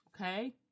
Okay